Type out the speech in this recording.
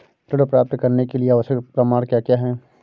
ऋण प्राप्त करने के लिए आवश्यक प्रमाण क्या क्या हैं?